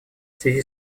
связи